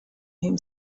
him